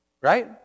Right